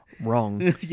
wrong